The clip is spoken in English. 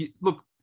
Look